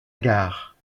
gare